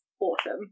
awesome